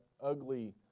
ugly